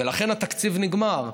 ולכן התקציב נגמר.